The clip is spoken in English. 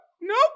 Nope